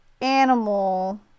animal